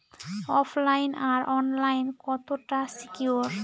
ওফ line আর online কতটা secure?